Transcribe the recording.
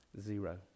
Zero